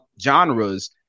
genres